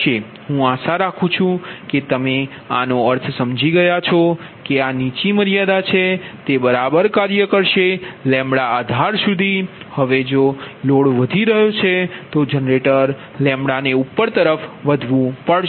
હું આશા રાખું છું કે તમે આનો અર્થ સમજી ગયા છો કે આ નીચી મર્યાદા છે તે બરાબર કાર્ય કરશે આધાર સુધી હવે જો લોડ વધી રહ્યો છે તો જનરેટર ને ઉપર તરફ વધવું પડશે